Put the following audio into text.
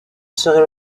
serait